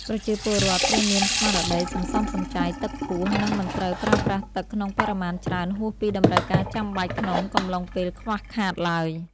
ប្រជាពលរដ្ឋត្រូវមានស្មារតីសន្សំសំចៃទឹកខ្ពស់ និងមិនត្រូវប្រើប្រាស់ទឹកក្នុងបរិមាណច្រើនហួសពីតម្រូវការចាំបាច់ក្នុងកំឡុងពេលខ្វះខាតឡើយ។